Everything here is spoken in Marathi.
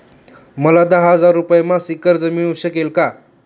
मला दहा हजार रुपये मासिक कर्ज मिळू शकेल का?